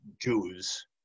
Jews